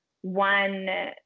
one